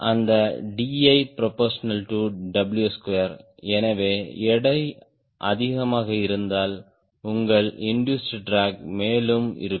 அந்த DiW2 எனவே எடை அதிகமாக இருந்தால் உங்கள் இண்டூஸ்ட் ட்ராக் மேலும் இருக்கும்